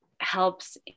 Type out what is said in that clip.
helps